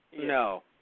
No